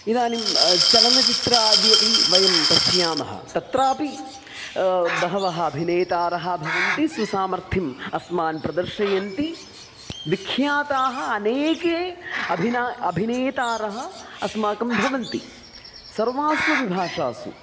इदानीं चलनचित्रादि अपि वयं पश्यामः तत्रापि बहवः अभिनेतारः भवन्ति सुसामर्थ्यम् अस्मान् प्रदर्शयन्ति विख्याताः अनेके अभिना अभिनेतारः अस्माकं भवन्ति सर्वास्वपि भाषासु